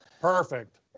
Perfect